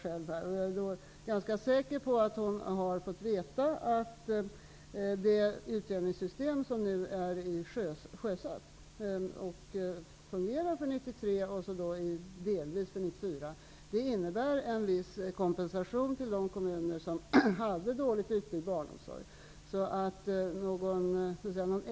Jag är ganska säker på att hon då har fått veta att det utjämningssystem som nu är sjösatt och som skall fungera under 1993 och delvis under 1994, innebär en viss kompensation till de kommuner som hade dåligt utbyggd barnomsorg.